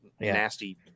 nasty